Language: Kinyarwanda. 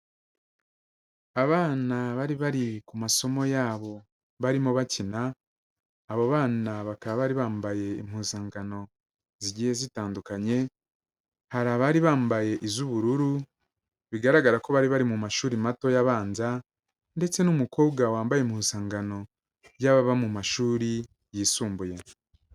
Abana bari bari ku masomo yabo barimo bakina, abo bana bakaba bari bambaye impuzankano zigiye zitandukanye, hari abari bambaye iz'ubururu, bigaragara ko bari bari mu mashuri matoya abanza, ndetse n'umukobwa wambaye impuzankano y'ababa mu mashuri yisumbuye.